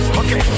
okay